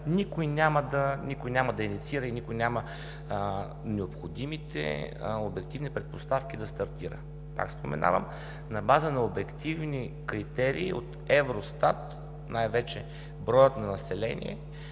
никой няма да инициира и никой няма необходимите обективни предпоставки да стартира, пак споменавам: на база на обективни критерии от Евростат, най-вече броят на население.